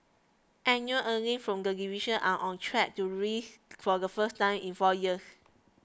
annual earnings from the division are on track to rise for the first time in four years